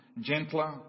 gentler